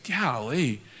Golly